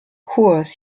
kurs